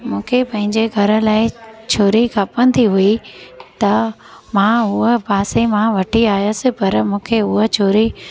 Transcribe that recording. मूंखे पंहिंजे घर लाइ छुरी खपंदी हुई त मां उहा पासे मां वठी आयसि पर मूंखे उहा छुरी